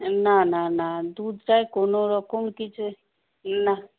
এ না না না দুধটায় কোনও রকম কিছু নাহ